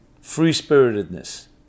Free-spiritedness